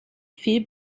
viel